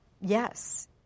Yes